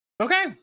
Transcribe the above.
Okay